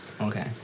okay